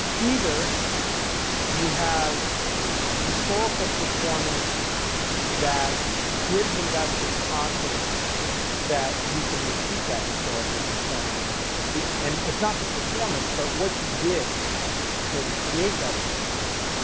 either you have historical performance that gives investors confidence that you can repeat that historical performance but and it's not the performance, but what you did to create that performance.